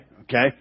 okay